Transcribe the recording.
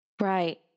Right